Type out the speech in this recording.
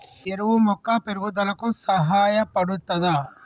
ఈ ఎరువు మొక్క పెరుగుదలకు సహాయపడుతదా?